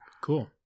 Cool